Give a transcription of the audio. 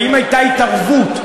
האם הייתה התערבות?